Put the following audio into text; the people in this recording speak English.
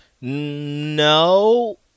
No